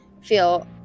feel